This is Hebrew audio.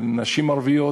לגבי נשים ערביות,